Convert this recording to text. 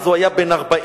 אז הוא היה בן 44,